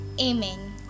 Amen